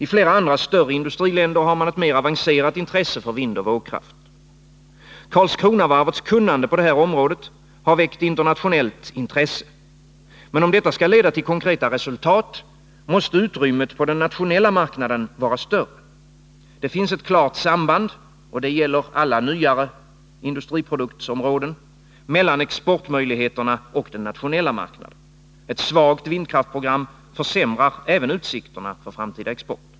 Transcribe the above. I flera andra större industriländer har man ett mer avancerat intresse för vindoch vågkraft. Karlskronavarvets kunnande på området har väckt internationellt intresse. Men om detta skall leda till konkreta resultat, . måste utrymmet på den nationella marknaden vara större. Det finns ett klart samband — det gäller alla nyare industriproduktområden — mellan exportmöjligheter och nationell marknad. Ett svagt vindkraftsprogram försämrar också utsikterna för framtida export.